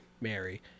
Mary